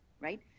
right